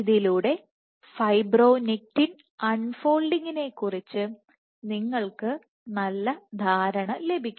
ഇതിലൂടെ ഫൈബ്രോനെക്റ്റിൻ അൺഫോൾഡിങ്ങിനെകുറിച്ച് നിങ്ങൾക്ക് നല്ല ധാരണ ലഭിക്കും